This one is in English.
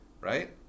right